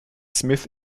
smith